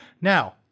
Now